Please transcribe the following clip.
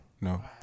no